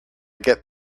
get